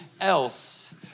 else